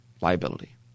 liability